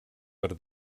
per